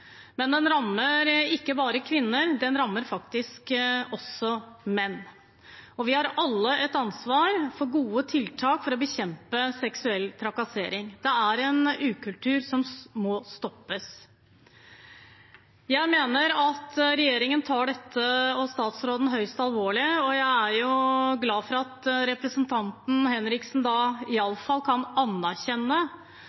Men den rammer ikke bare kvinner, den rammer faktisk også menn. Vi har alle et ansvar for gode tiltak for å bekjempe seksuell trakassering. Det er en ukultur som må stoppes. Jeg mener at regjeringen og statsråden tar dette høyst alvorlig, og jeg er glad for at representanten Henriksen